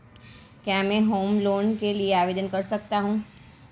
क्या मैं home loan के लिए आवेदन कर सकता हूं?